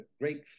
great